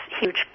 huge